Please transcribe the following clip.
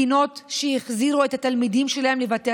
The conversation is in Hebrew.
מדינות שהחזירו את התלמידים שלהם לבתי